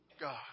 God